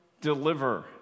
deliver